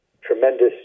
tremendous